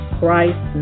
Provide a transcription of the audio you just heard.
Christ